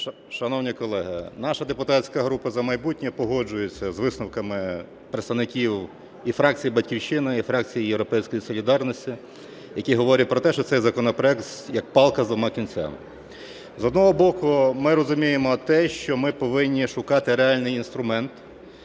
Шановні колеги, наша депутатська група "За майбутнє" погоджується з висновками представників і фракції "Батьківщина", і фракції "Європейської солідарності", які говорять про те, що цей законопроект, як палка з двома кінцями. З одного боку, ми розуміємо те, що ми повинні шукати реальний інструмент